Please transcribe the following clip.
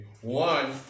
one